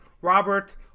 Robert